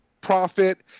profit